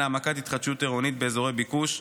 בעניין העמקת התחדשות עירונית באזורי ביקוש,